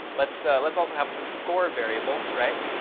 let's let's also have some score variable, right?